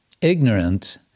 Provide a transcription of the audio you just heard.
ignorant